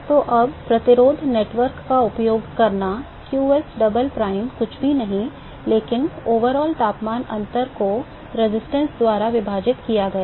तो अब प्रतिरोध नेटवर्क का उपयोग करना qsdouble prime कुछ भी नहीं लेकिन समग्र तापमान अंतर को प्रतिरोध द्वारा विभाजित किया गया है